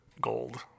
gold